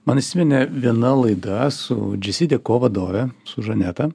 man įsiminė viena laida su džisy deko vadove su žaneta